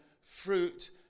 fruit